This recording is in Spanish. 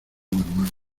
guzmán